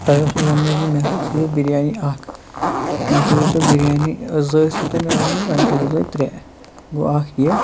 تۄہہِ اوسوُ ووٚنمُت زِ مےٚ ہَسا تھٔےزیو بِریانی اَکھ وۄنۍ تھٔےزیو تُہۍ بِریانی زٕ ٲسۍ وُ تۄہہِ مےٚ ؤنۍ مٕتۍ وۄنۍ تھٔےزیو تُہۍ ترٛےٚ گوٚو اَکھ یہِ